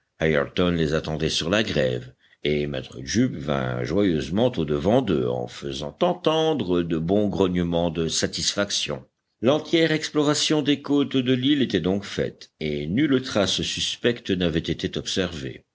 les attendait sur la grève et maître jup vint joyeusement au-devant d'eux en faisant entendre de bons grognements de satisfaction l'entière exploration des côtes de l'île était donc faite et nulle trace suspecte n'avait été observée